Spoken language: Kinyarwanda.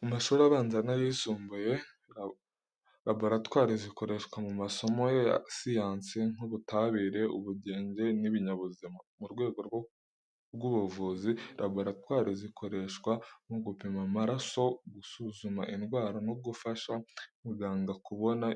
Mu mashuri abanza n'ayisumbuye, laboratwari zikoreshwa mu masomo ya siyansi nk'ubutabire, ubugenge, n'ibinyabuzima. Mu rwego rw'ubuvuzi, laboratwari zikoreshwa mu gupima amaraso, gusuzuma indwara, no gufasha muganga kubona